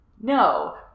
No